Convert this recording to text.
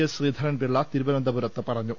S Sreedharan Pillai തിരുവനന്തപുരത്ത് പറഞ്ഞു